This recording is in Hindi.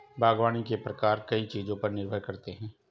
बागवानी के प्रकार कई चीजों पर निर्भर करते है